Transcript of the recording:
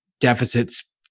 deficits